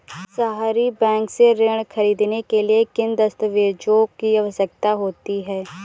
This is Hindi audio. सहरी बैंक से ऋण ख़रीदने के लिए किन दस्तावेजों की आवश्यकता होती है?